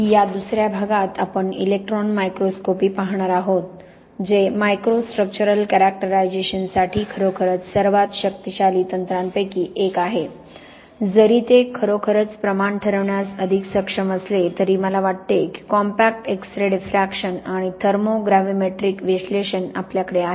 या दुसर्या भागात आपण इलेक्ट्रॉन मायक्रोस्कोपी पाहणार आहोत जे मायक्रो स्ट्रक्चरल कॅरॅक्टरायझेशनसाठी खरोखरच सर्वात शक्तिशाली तंत्रांपैकी एक आहे जरी ते खरोखरच प्रमाण ठरवण्यास अधिक सक्षम असले तरी मला वाटते की कॉम्पॅक्ट एक्स रे डिफ्रॅक्शन आणि थर्मो ग्रॅव्हिमेट्रिक विश्लेषण आपल्याकडे आहे